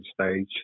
stage